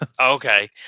Okay